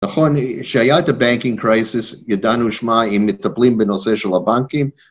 נכון, כשהיה את ה-banking crisis, ידענו שמע, אם מטפלים בנושא של הבנקים.